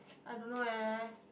I don't know eh